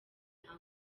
uncle